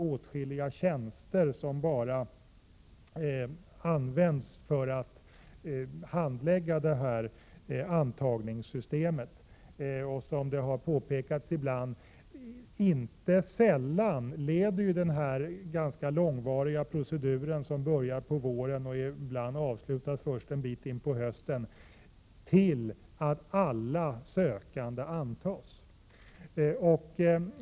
Åtskilliga tjänster går åt för att bara handlägga detta antagningssystem. Som det ibland har påpekats, leder ju denna ganska långvariga procedur — som börjar på våren och ibland avslutas först en bit in på hösten — inte sällan till att alla sökande antas.